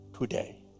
today